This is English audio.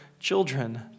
Children